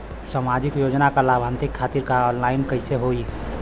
सामाजिक योजना क लाभान्वित खातिर ऑनलाइन कईसे होई?